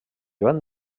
joan